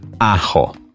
Ajo